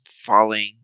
falling